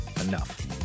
enough